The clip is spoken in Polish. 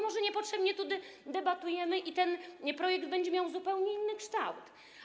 Może niepotrzebnie tu debatujemy, bo ten projekt będzie miał zupełnie inny kształt.